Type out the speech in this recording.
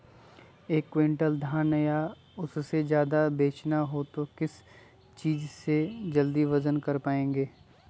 एक क्विंटल धान या उससे ज्यादा बेचना हो तो किस चीज से जल्दी वजन कर पायेंगे?